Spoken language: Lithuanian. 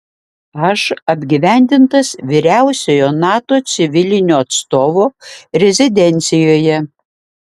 aš apgyvendintas vyriausiojo nato civilinio atstovo rezidencijoje